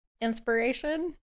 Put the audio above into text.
inspiration